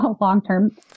long-term